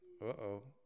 Uh-oh